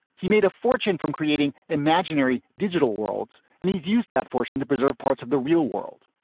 he made a fortune from creating imaginary digital worlds, and he's used that fortune to preserve parts of the real world.